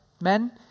Men